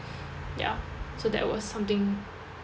ya so that was something